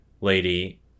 lady